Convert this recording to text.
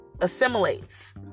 assimilates